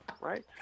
right